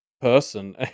person